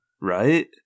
right